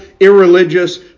Irreligious